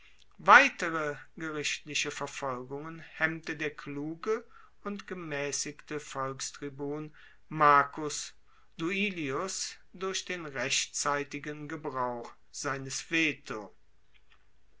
weitere gerichtliche verfolgungen hemmte der kluge und gemaessigte volkstribun marcus duilius durch den rechtzeitigen gebrauch seines veto